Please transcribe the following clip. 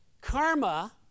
karma